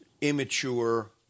immature